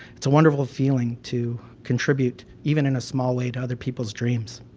it's a wonderful feeling to contribute, even in a small way to other people's dreams.